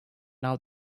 now